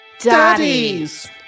Daddies